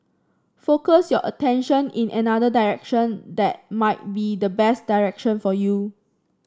focus your attention in another direction that might be the best direction for you